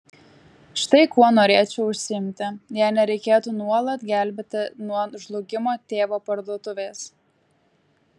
štai kuo norėčiau užsiimti jei nereikėtų nuolat gelbėti nuo žlugimo tėvo parduotuvės